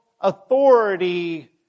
authority